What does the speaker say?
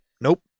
nope